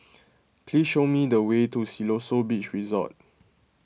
please show me the way to Siloso Beach Resort